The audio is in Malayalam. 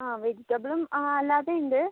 ആ വെജിറ്റബളും അല്ലാതെയും ഉണ്ട്